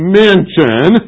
mansion